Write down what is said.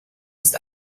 ist